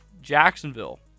Jacksonville